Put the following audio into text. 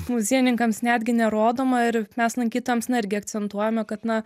muziejininkams netgi nerodoma ir mes lankytojams na irgi akcentuojame kad na